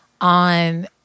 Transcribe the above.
on